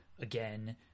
again